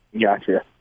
Gotcha